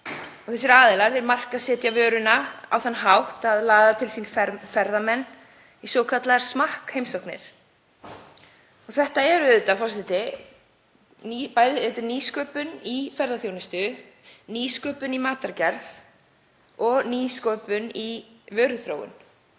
þessir aðilar markaðssetja vöruna á þann hátt sem laðar til sín ferðamenn í svokallaðar smakkheimsóknir. Þetta er, forseti, bæði nýsköpun í ferðaþjónustu, nýsköpun í matargerð og nýsköpun í vöruþróun.